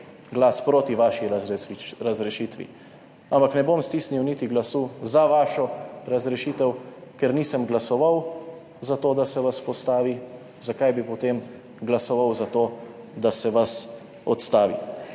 glas proti vaši razrešitvi, ampak ne bom stisnil niti glasu za vašo razrešitev, ker nisem glasoval za to, da se vas postavi, zakaj bi potem glasoval za to, da se vas odstavi.